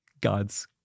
God's